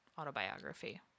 autobiography